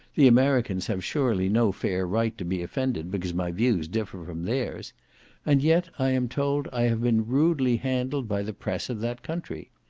the americans have surely no fair right to be offended because my views differ from their's and yet i am told i have been rudely handled by the press of that country.